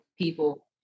people